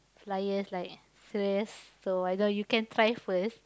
liars like salers so I just you can try first